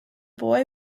boy